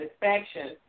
satisfaction